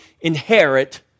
inherit